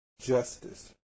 justice